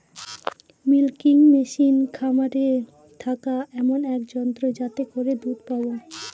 milking machine খামারে থাকা এমন এক যন্ত্র যাতে করে দুধ পাবো